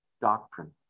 doctrine